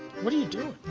what are you doing?